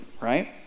right